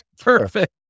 perfect